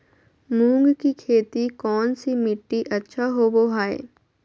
मूंग की खेती कौन सी मिट्टी अच्छा होबो हाय?